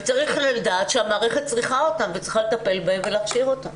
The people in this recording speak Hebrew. וצריך לדעת שהמערכת צריכה אותן וצריכה לטפל בהן ולהכשיר אותן.